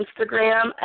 Instagram